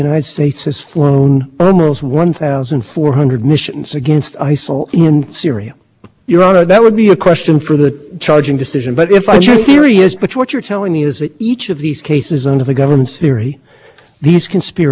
of the article three issue had conceivably been waived in both cases the court went ahead and resolved the question as to whether there was a structural problem because i think i would have had to do that here no you don't think so i think